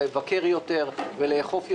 לבקר יותר ולאכוף יותר,